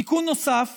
תיקון נוסף